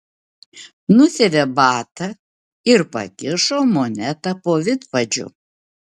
nusiavė batą ir pakišo monetą po vidpadžiu